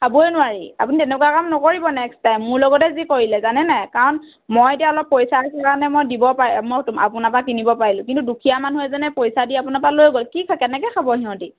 খাবই নোৱাৰি আপুনি তেনেকুৱা কাম নকৰিব নেক্সট টাইম মোৰ লগতে যি কৰিলে জানেন নাই কাৰণ মই এতিয়া অলপ পইচা আছিল কাৰণে দিব পা মই আপোনাৰ পৰা কিনিব পাৰিলোঁ কিন্তু দুখীয়া মানুহ এজনে পইচা দি আপোনাৰ পৰা লৈ গ'ল কি খ কেনেকৈ খাব সিহঁতি